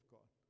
God